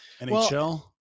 NHL